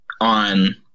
on